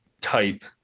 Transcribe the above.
type